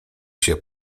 się